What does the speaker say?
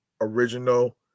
original